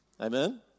Amen